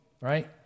right